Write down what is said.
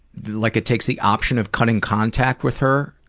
like it takes the option of cutting contact with her,